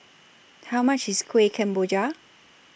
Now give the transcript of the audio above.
How much IS Kueh Kemboja